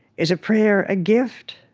is a prayer a gift,